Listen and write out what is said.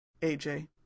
AJ